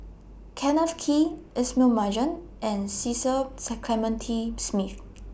Kenneth Kee Ismail Marjan and Cecil Clementi Smith